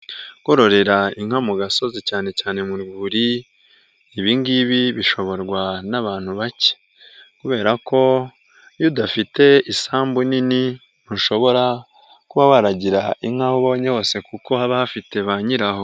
Kororera inka mu gasozi cyane cyane mu rwuri, ibi ngibi bishoborwa n'abantu bake kubera ko iyo udafite isambu nini, ntushobora kuba waragira inka aho ubonye hose kuko habafite bayiraraho.